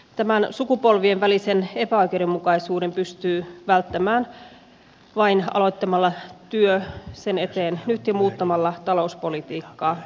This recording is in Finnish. tämän sukupolvien välisen epäoikeudenmukaisuuden pystyy välttämään vain aloittamalla työ sen eteen nyt ja muuttamalla talouspolitiikkaa